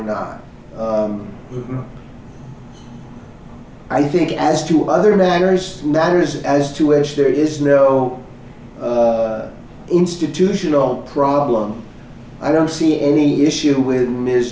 not i think as to other matters matters as to which there is no institutional problem i don't see any issue with ms